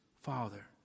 Father